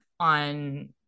on